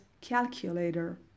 calculator